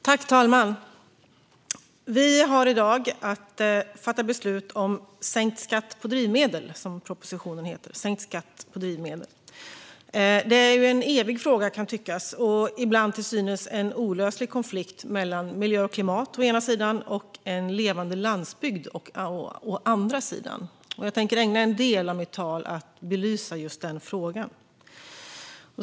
Fru talman! Vi har i dag att fatta beslut om sänkt skatt på drivmedel, precis som propositionen heter. Det är en evig fråga, kan tyckas, ibland med en till synes olöslig konflikt mellan miljö och klimat å ena sidan och en levande landsbygd å andra sidan. Jag tänker ägna en del av mitt tal åt att belysa denna fråga.